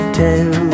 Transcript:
tell